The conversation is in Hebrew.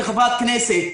כחברת כנסת,